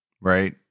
right